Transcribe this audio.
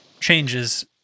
changes